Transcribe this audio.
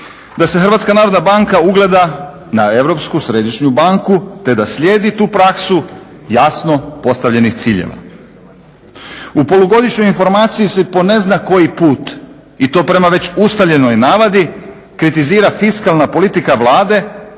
da se HNB ugleda na Europsku središnju banku te da slijedi tu praksu jasno postavljenih ciljeva. U Polugodišnjoj informaciji se po ne znam koji put i to prema već ustaljenoj navadi, kritizira fiskalna politika Vlade